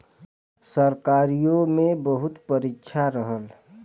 सरकारीओ मे बहुत परीक्षा रहल